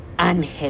Angel